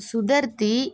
சுதர்த்தி